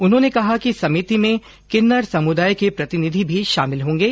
उन्होंने कहा कि समिति में किन्नर समुदाय के प्रतिनिधि भी शामिल होंगे